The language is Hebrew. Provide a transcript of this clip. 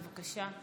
בבקשה.